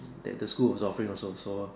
that the school was offering also so